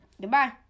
Goodbye